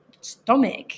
stomach